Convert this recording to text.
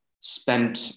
spent